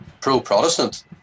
pro-Protestant